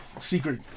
secret